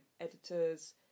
editors